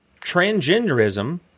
transgenderism